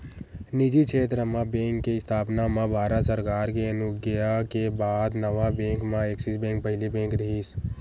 निजी छेत्र म बेंक के इस्थापना म भारत सरकार के अनुग्या के बाद नवा बेंक म ऐक्सिस बेंक पहिली बेंक रिहिस